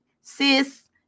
sis